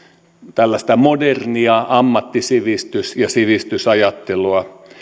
tällaista modernia ammattisivistys ja sivistysajattelua